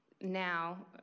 Now